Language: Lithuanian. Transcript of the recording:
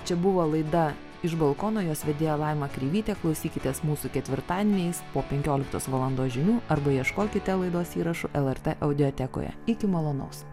čia buvo laida iš balkono jos vedėja laima kreivytė klausykitės mūsų ketvirtadieniais po penkioliktos valandos žinių arba ieškokite laidos įrašo lrt audiotekoje iki malonaus